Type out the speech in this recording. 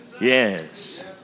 Yes